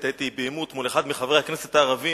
הייתי בעימות מול אחד מחברי הכנסת הערבים,